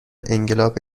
انقلاب